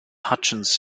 hutchins